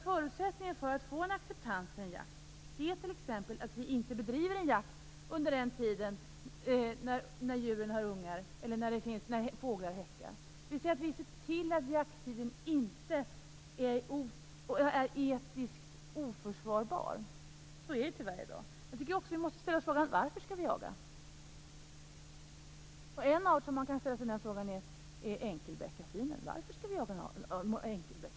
Förutsättningen för att få en acceptans för en jakt är t.ex. att vi inte bedriver jakt under den tiden när djuren har ungar eller när fåglarna häckar. Vi skall alltså se till att jakttiden inte är etiskt oförsvarbar. Så är det tyvärr i dag. Vi måste också ställa frågan: Varför skall vi jaga? Man kan ställa sig den frågan när det gäller en art som enkelbeckasinen. Varför skall vi jaga enkelbeckasin?